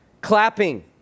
clapping